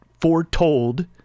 foretold